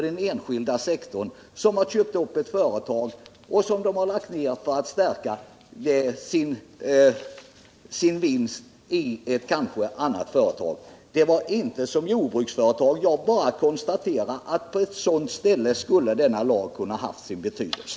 Det finns andra som köpt upp ett företag inom den enskilda sektorn för att stärka sin vinst i ett annat företag. Jag tog inte upp företaget just som jordbruksföretag utan konstaterar bara att en lagstiftning i ett sådant fall skulle ha kunnat ha sin betydelse.